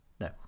No